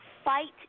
Fight